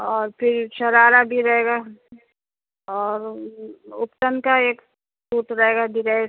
اور پھر شرارہ بھی رہے گا اور اپتن کا ایک سوٹ رہے گا ڈرس